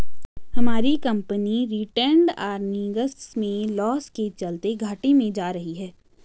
हमारी company retained earnings में loss के चलते घाटे में जा रही है